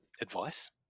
advice